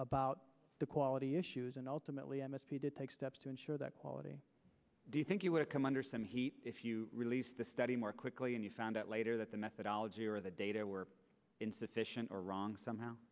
about the quality issues and ultimately m s p did take steps to ensure that quality do you think you would come under some heat if you release the study more quickly and you found out later that the methodology or the data were insufficient or wrong somehow